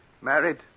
married